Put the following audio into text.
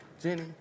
Jenny